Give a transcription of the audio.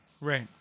Right